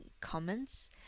comments